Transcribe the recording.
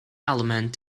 element